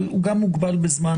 אבל הוא גם מוגבל בזמן.